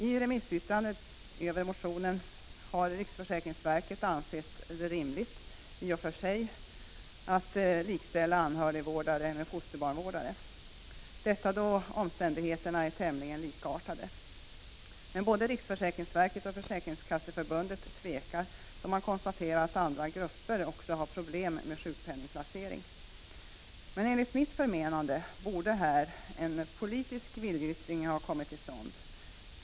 I remissyttrande över motionen har riksförsäkringsverket ansett det i och för sig rimligt att likställa anhörigvårdare med fosterbarnvårdare, detta då omständigheterna är tämligen likartade. Men både riksförsäkringsverket och Försäkringskasseförbundet tvekar, då man konstaterar att andra grupper också har problem med sjukpenningplacering. Enligt mitt förmenande borde här en politisk viljeyttring ha kommit till stånd.